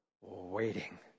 waiting